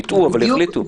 יטעו אבל יחליטו.